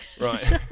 Right